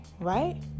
right